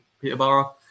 Peterborough